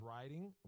riding